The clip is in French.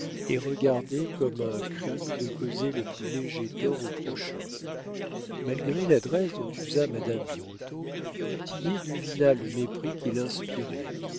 et regardait comme un crime de causer le plus léger tort au prochain malgré l'adresse dont usa madame birotteau du tillet devina le mépris qu'il inspirait